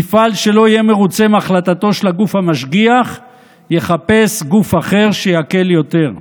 מפעל שלא יהיה מרוצה מהחלטתו של הגוף המשגיח יחפש גוף אחר שיקל יותר.